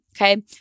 okay